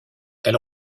elle